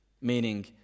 meaning